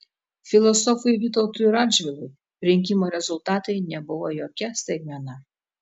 filosofui vytautui radžvilui rinkimų rezultatai nebuvo jokia staigmena